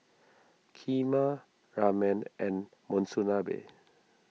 Kheema Ramen and Monsunabe